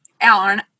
Alan